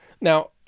Now